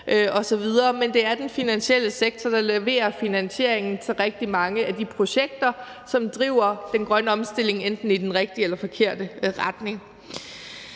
Men det er den finansielle sektor, der leverer finansieringen til rigtig mange af de projekter, som driver den grønne omstilling enten i den rigtige eller forkerte retning.